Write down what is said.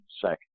second